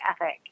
ethic